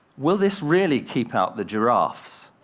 will this really keep out the giraffes?